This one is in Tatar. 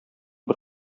бер